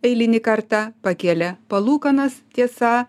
eilinį kartą pakėlė palūkanas tiesa